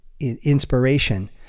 inspiration